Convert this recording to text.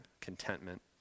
contentment